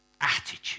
attitude